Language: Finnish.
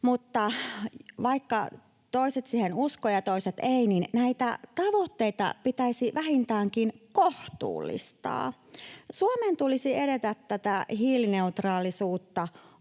Mutta vaikka toiset siihen uskovat ja toiset eivät, näitä tavoitteita pitäisi vähintäänkin kohtuullistaa. Suomen tulisi edetä kohti tätä hiilineutraalisuutta